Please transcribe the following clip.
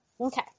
Okay